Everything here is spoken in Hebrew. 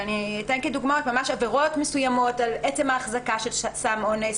אני אתן כדוגמאות ממש עבירות מסוימות על עצם החזקה של סם אונס.